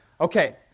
Okay